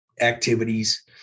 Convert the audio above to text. activities